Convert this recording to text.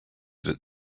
that